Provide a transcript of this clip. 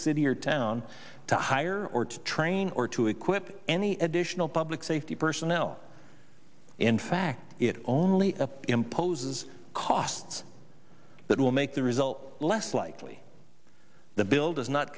city or town to hire or to train or to equip any additional public safety personnel in fact it only imposes costs that will make the result less likely the bill does not